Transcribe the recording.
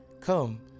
Come